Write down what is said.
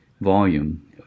volume